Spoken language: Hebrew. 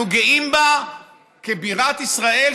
אנחנו גאים בה כבירת ישראל,